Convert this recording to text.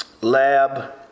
lab